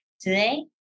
Today